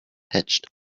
hatched